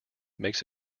makes